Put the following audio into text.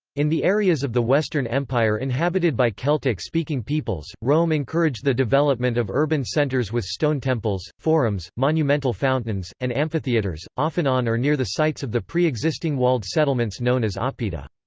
in the areas of the western empire inhabited by celtic-speaking peoples, rome encouraged the development of urban centres with stone temples, forums, monumental fountains, and amphitheatres, often on or near the sites of the preexisting walled settlements known as ah oppida.